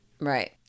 Right